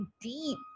deep